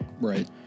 right